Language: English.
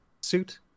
suit